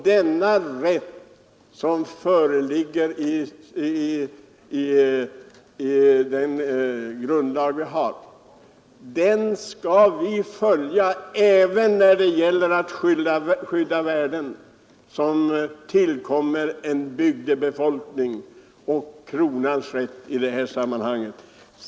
Denna rätt stadgas i grundlagen, och vi skall följa grundlagen även när det gäller att skydda värden, som tillkommer en bygdebefolkning, och kronans rätt i detta sammanhang.